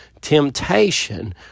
Temptation